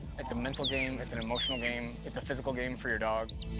it's a mental game, but it's an emotional game, it's a physical game for your dog.